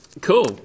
Cool